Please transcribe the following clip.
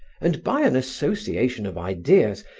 and by an association of ideas,